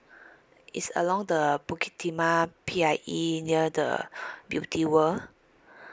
it's along the bukit timah P_I_E near the beauty world